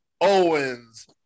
Owens